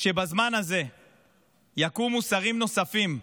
שבזמן הזה יקומו שרים נוספים,